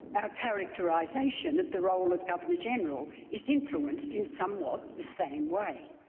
our characterisation of the role of governor-general is influenced in somewhat the same way.